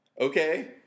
Okay